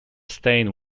stain